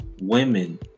women